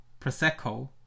Prosecco